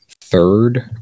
third